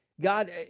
God